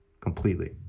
completely